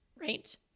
right